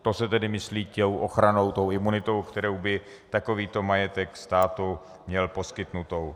To se tedy myslí tou ochranou, imunitou, kterou by takovýto majetek státu měl poskytnutou.